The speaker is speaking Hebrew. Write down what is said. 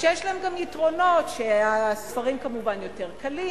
כשיש להם גם יתרונות שהספרים כמובן יותר קלים